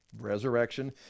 Resurrection